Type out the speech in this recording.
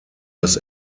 das